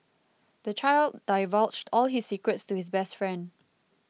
the child divulged all his secrets to his best friend